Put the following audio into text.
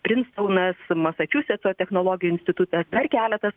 prinstonas masačiusetso technologijų institutas dar keletas